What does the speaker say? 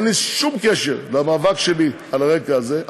ואין שום קשר בין הרקע הזה למאבק הזה.